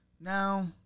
Now